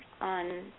on